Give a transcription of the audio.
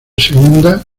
segunda